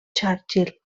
churchill